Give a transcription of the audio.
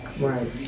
Right